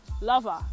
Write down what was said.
Lover